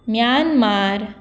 Myanmar